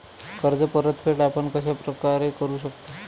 कर्ज परतफेड आपण कश्या प्रकारे करु शकतो?